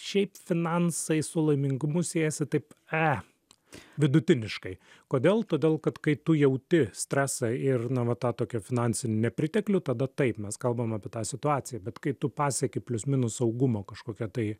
šiaip finansai su laimingumu siejasi taip e vidutiniškai kodėl todėl kad kai tu jauti stresą ir na va tą tokią finansinį nepriteklių tada taip mes kalbam apie tą situaciją bet kai tu pasieki plius minus saugumo kažkokią tai